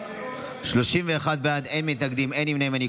23 בעד, אין מתנגדים ואין נמנעים.